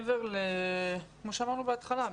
כמו שאמרנו בהתחלה,